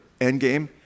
Endgame